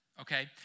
Okay